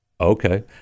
Okay